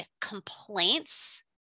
complaints